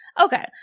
okay